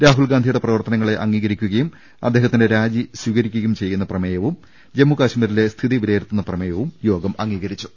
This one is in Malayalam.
രാഹുൽ ഗാന്ധിയുടെ പ്രവർത്തനങ്ങളെ അംഗീകരി ക്കുകുയും അദ്ദേഹത്തിന്റെ രാജി സ്വീകരിക്കുകയും ചെയ്യുന്ന പ്രമേയവും ജമ്മുകശ്മീരിലെ സ്ഥിതി വിലയി രിത്തുന്ന പ്രമേയവും യോഗം അംഗീകരിച്ചു